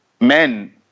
men